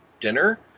dinner